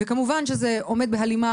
לא יכלו לעשות זאת.